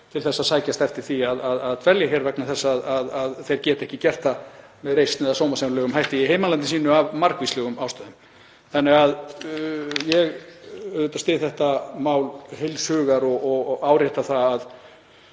til að sækjast eftir því að dvelja hér vegna þess að þeir geta ekki gert það með reisn eða sómasamlegum hætti í heimalandi sínu af margvíslegum ástæðum. Ég styð þetta mál auðvitað heils hugar og árétta það að